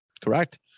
Correct